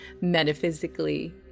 metaphysically